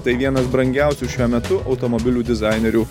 tai vienas brangiausių šiuo metu automobilių dizainerių